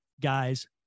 guys